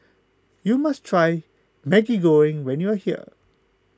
you must try Maggi Goreng when you are here